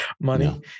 money